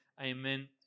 Amen